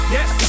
Yes